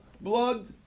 blood